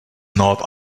not